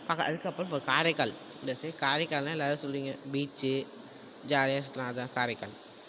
அங்கே அதற்கப்பறம் காரைக்கால் இந்த சைடு காரைக்கால்னா எல்லாரும் சொல்லுவிங்க பீச்சு ஜாலியாக சுற்றலாம் அது தான் காரைக்கால்